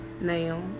now